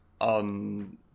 on